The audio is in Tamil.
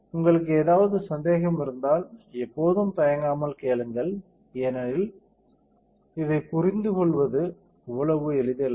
உங்களுக்கு ஏதாவது சந்தேகம் இருந்தால் எப்போதும் தயங்காமல் கேளுங்கள் ஏனெனில் இதை புரிந்துகொள்வது அவ்வளவு எளிதல்ல